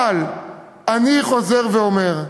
אבל אני חוזר ואומר: